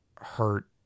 hurt